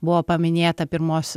buvo paminėta pirmos